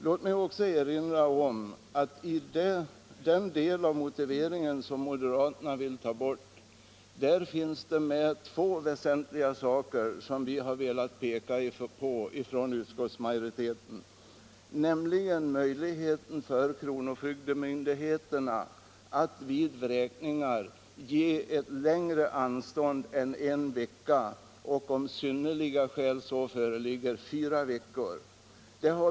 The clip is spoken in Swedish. Låt mig också erinra om att det i den del av motiveringen som moderaterna vill ta bort finns två väsentliga påpekanden som utskottsmajoriteten har velat göra. Det ena gäller möjligheten för kronofogdemyndighet att vid vräkningar ge längre anstånd än f. n. — en vecka och om synnerliga skäl föreligger fyra veckor.